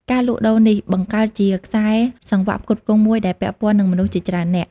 ការលក់ដូរនេះ បង្កើតជាខ្សែសង្វាក់ផ្គត់ផ្គង់មួយដែលពាក់ព័ន្ធនឹងមនុស្សជាច្រើននាក់។